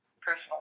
personal